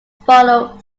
follow